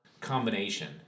combination